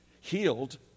healed